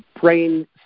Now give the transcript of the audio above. brain